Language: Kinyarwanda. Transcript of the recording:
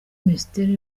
minisiteri